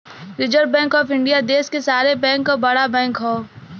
reserve Bank of India देश क सारे बैंक क बड़ा बैंक हौ